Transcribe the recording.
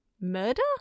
Murder